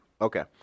Okay